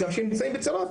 שגם נמצאים בצרות,